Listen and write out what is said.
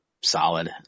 solid